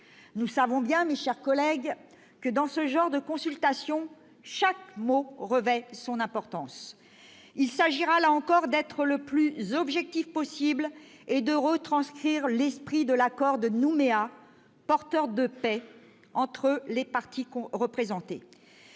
nous savons bien, mes chers collègues, que dans ce genre de consultation chaque mot revêt son importance. Il s'agira, là encore, d'être le plus objectif possible et de retranscrire l'esprit de l'accord de Nouméa, porteur de paix entre les parties représentées.